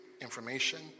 information